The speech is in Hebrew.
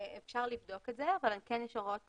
אפשר לבדוק את זה, אבל כן יש הוראות פרוצדורליות,